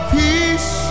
peace